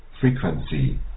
frequency